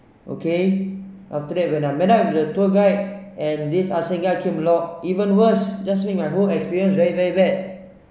okay after that when I'm met up with the tour guide and this Ah sing guy came lo~ even worse just doing my own experience very very bad